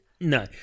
No